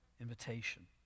invitation